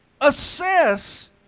Assess